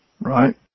right